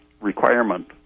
requirement